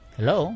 Hello